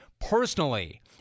Personally